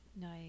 Nice